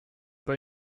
pas